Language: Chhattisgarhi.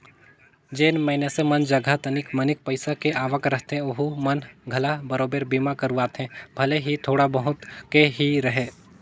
जेन मइनसे मन जघा तनिक मनिक पईसा के आवक रहथे ओहू मन घला बराबेर बीमा करवाथे भले ही थोड़ा बहुत के ही रहें